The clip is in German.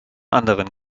anderen